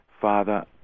father